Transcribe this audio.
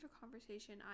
conversation